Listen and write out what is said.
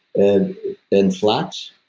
and and flax?